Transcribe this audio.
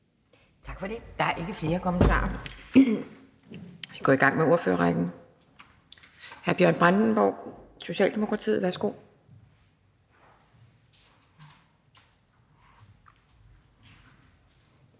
Tak for det. Der er ikke flere kommentarer. Vi går i gang med ordførerrækken. Hr. Bjørn Brandenborg, Socialdemokratiet. Værsgo.